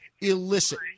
illicit